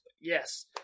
yes